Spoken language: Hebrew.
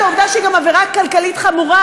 העובדה שהיא גם עבירה כלכלית חמורה,